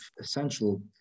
essential